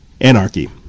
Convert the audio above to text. Anarchy